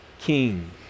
king